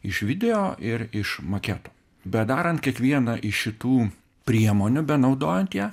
iš video ir iš maketo bedarant kiekvieną iš šitų priemonių benaudojant ją